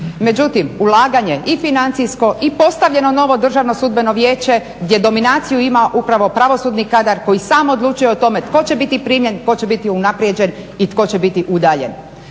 Međutim, ulaganje i financijsko i postavljeno novo Državno sudbeno vijeće gdje dominaciju ima upravo pravosudni kadar koji sam odlučuje o tome tko će biti primljen, tko će biti unaprijeđen i tko će biti udaljen.